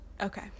okay